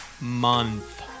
month